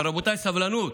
אבל רבותיי, סבלנות.